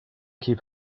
keep